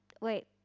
wait